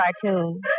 cartoon